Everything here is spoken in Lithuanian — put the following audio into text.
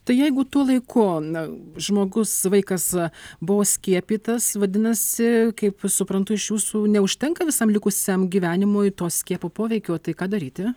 tai jeigu tuo laiku na žmogus vaikas buvo skiepytas vadinasi kaip suprantu iš jūsų neužtenka visam likusiam gyvenimui to skiepų poveikio tai ką daryti